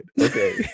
Okay